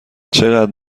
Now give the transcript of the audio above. چقدر